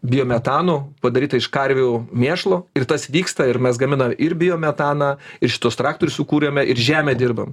biometanu padaryta iš karvių mėšlo ir tas vyksta ir mes gaminam ir biometaną ir šituos traktorius sukūrėme ir žemę dirbam